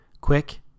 Quick